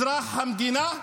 אזרחי המדינה,